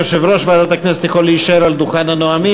יושב-ראש ועדת הכנסת יכול להישאר על דוכן הנואמים,